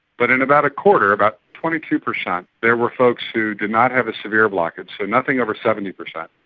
but in about a quarter, about twenty two percent there were folks who did not have a severe blockage, so nothing over seventy percent,